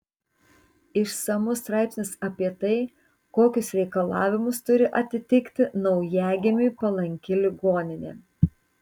išsamus straipsnis apie tai kokius reikalavimus turi atitikti naujagimiui palanki ligoninė